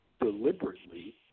deliberately